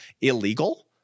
illegal